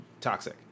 toxic